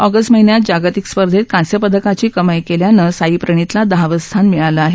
August महिन्यात जागतिक स्पर्धेत कास्वि पदकाची कमाई केल्यानस्तिई प्रणितला दहावस्थित मिळालआहे